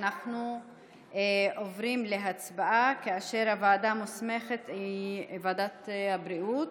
אנחנו עוברים להצבעה כאשר הוועדה המוסמכת היא ועדת הבריאות.